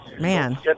Man